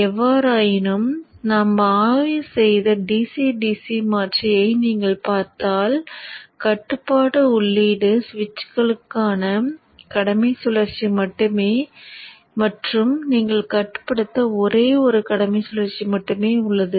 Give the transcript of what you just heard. எவ்வாறாயினும் நாம் ஆய்வு செய்த dc dc மாற்றியை நீங்கள் பார்த்தால் கட்டுப்பாட்டு உள்ளீடு சுவிட்சுகளுக்கான கடமை சுழற்சி மட்டுமே மற்றும் நீங்கள் கட்டுப்படுத்த ஒரே ஒரு கடமை சுழற்சி மட்டுமே உள்ளது